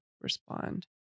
respond